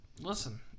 Listen